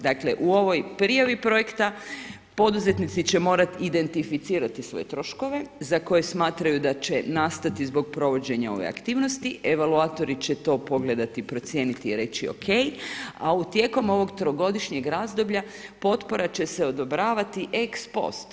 Dakle, u ovoj prijavi projekta, poduzetnici će morati identificirati svoje troškove, za koje smatraju da će nastati zbog provođenje ove aktivnosti, evakuatori će to pogledati, procijeniti i reći ok, a u tijekom ovog trogodišnjeg razvoja, potpora će se odobravati ex post.